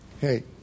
Hey